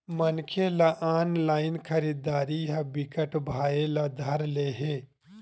मनखे ल ऑनलाइन खरीदरारी ह बिकट भाए ल धर ले हे